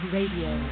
Radio